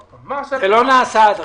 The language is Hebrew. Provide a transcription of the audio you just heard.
עד עכשיו זה לא נעשה.